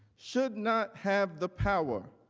should not have the power,